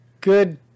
good